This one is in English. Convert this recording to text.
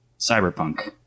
Cyberpunk